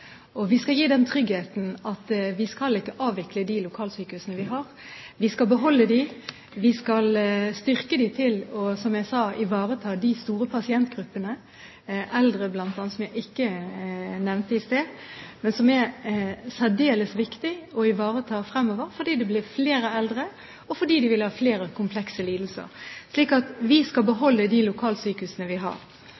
Og vi skal gi den tryggheten at vi ikke skal avvikle de lokalsykehusene vi har. Vi skal beholde dem, og vi skal styrke dem til å ivareta de store pasientgruppene, bl.a. eldre – som jeg ikke nevnte i stad, men som er en gruppe det er særdeles viktig å ivareta fremover, fordi det blir flere eldre, og de vil ha flere komplekse lidelser. Så vi skal